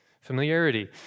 familiarity